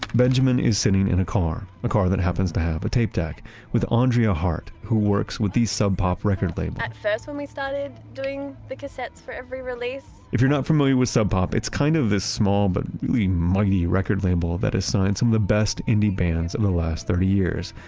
benjamin is sitting in a car, a car that happens to have a tape deck with andrea hart who works with the sub pop record label at first when we started doing the cassettes for every release, if you're not familiar with sub pop, it's kind of this small but really mighty record label that has signed some of the best indie bands in the last thirty years,